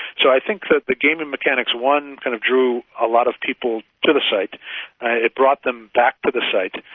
so i think that the gaming mechanics won and kind of drew a lot of people to the site, and it brought them back to the site.